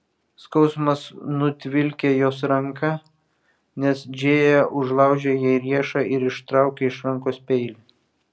skausmas nutvilkė jos ranką nes džėja užlaužė jai riešą ir ištraukė iš rankos peilį